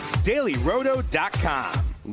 dailyroto.com